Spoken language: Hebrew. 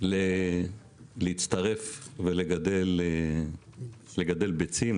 להצטרף ולגדל ביצים,